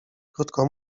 krótko